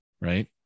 right